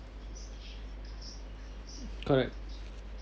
correct